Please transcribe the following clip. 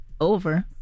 over